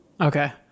Okay